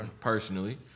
Personally